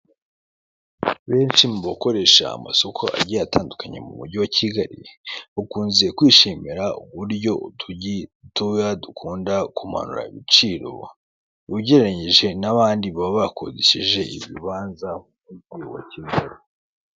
Benshi mubakoresha amasoko agiye atandukanye mu mujyi wa Kigali bakunze kwishimira uburyo utujyi dutoya dukunda kumanura ibiciro ugereranyije n' abandi baba bakodesheje ibibanza nk' uko...